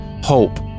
hope